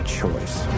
choice